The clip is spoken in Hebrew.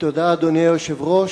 תודה, אדוני היושב-ראש.